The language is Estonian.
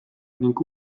ning